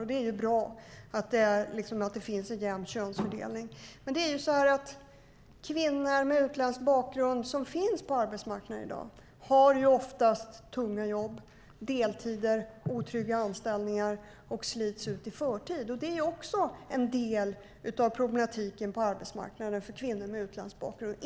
Det är bra att det finns en jämn könsfördelning. Men kvinnor med utländsk bakgrund som finns på arbetsmarknaden i dag har ju oftast tunga jobb, deltider, otrygga anställningar och slits ut i förtid. Det är också en del av problematiken på arbetsmarknaden för kvinnor med utländsk bakgrund.